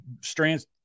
strands